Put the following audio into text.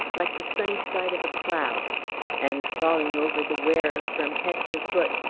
like the sunny side of a cloud and, falling over the wearer from head to foot,